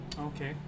Okay